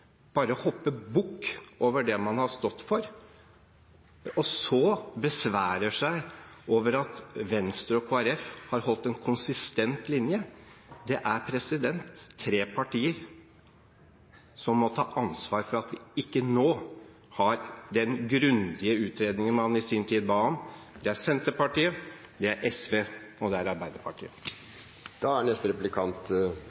bare hopper bukk over det man har stått for, og så besværer seg over at Venstre og Kristelig Folkeparti har holdt en konsistent linje? Det er tre partier som må ta ansvar for at vi ikke nå har den grundige utredningen man i sin tid ba om – det er Senterpartiet, det er SV og det er